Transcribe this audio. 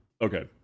okay